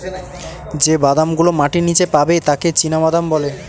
যে বাদাম গুলো মাটির নীচে পাবে তাকে চীনাবাদাম বলে